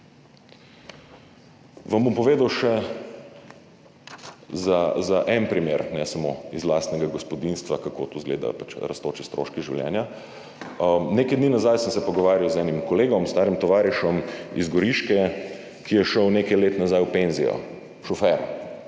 Vam bom povedal še za en primer, ne samo iz lastnega gospodinjstva, kako izgledajo rastoči stroški življenja. Nekaj dni nazaj sem se pogovarjal z enim kolegom, starim tovarišem iz Goriške, ki je šel nekaj let nazaj v penzijo, šofer